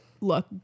look